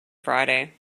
friday